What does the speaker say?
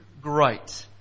great